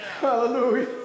Hallelujah